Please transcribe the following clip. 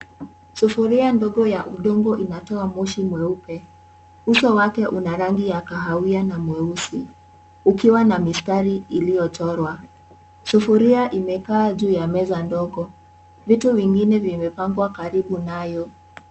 Sufuria ndogo ya udongo inatoa moshi mweupe. Uso wake una rangi ya kahawia na mweusi ukiwa na mistari iliyochorwa. Sufuria imekaa juu ya meza ndogo. Vitu vingine vimepangwa karibu nayo.